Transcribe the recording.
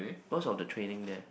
cause of the training there